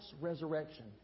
resurrection